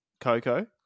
Coco